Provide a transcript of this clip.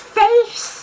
face